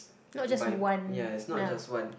not just one ya